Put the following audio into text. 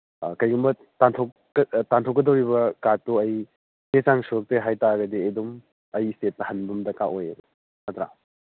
ꯀꯩꯒꯨꯝꯕ ꯇꯥꯟꯊꯣꯛꯀꯗꯧꯔꯤꯕ ꯀꯥꯔꯠꯇꯨ ꯑꯩ ꯆꯦ ꯆꯥꯡ ꯁꯨꯔꯛꯇꯦ ꯍꯥꯏ ꯇꯥꯔꯒꯗꯤ ꯑꯗꯨꯝ ꯑꯩ ꯏꯁꯇꯦꯠꯇ ꯍꯟꯕꯝ ꯗꯔꯀꯥꯔ ꯑꯣꯏꯌꯦꯕ ꯅꯠꯇ꯭ꯔꯥ